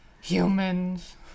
Humans